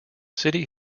city